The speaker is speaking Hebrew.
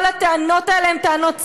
כל הטענות האלה הן טענות סרק,